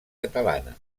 catalana